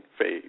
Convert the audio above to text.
phase